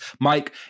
Mike